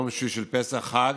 יום שביעי של פסח, חג,